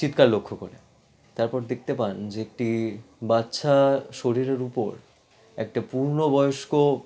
চিৎকার লক্ষ্য করে তারপর দেখতে পান যে একটি বাচ্চা শরীরের উপর একটা পূর্ণবয়স্ক